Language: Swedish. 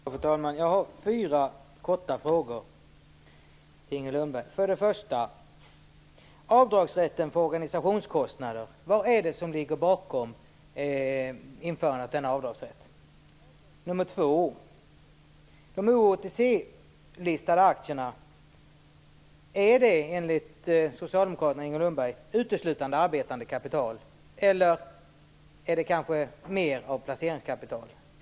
Fru talman! Jag har fyra korta frågor till Inger För det första: Vad ligger bakom införandet av avdragsrätten för organisationskostnader? För det andra: Är kapitalet på O och OTC listorna uteslutande arbetande kapital enligt Socialdemokraterna och Inger Lundberg, eller är det placeringskapital?